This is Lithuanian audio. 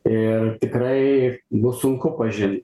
ir tikrai bus sunku pažint